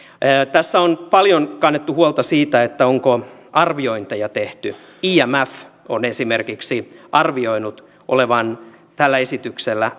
tässä on paljon kannettu huolta siitä onko arviointeja tehty imf on esimerkiksi arvioinut tällä esityksellä